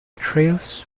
trails